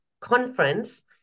conference